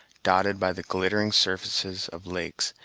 dotted by the glittering surfaces of lakes,